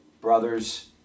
brothers